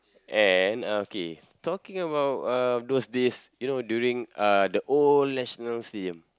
and uh okay talking about uh those days you know during uh the old National-Stadium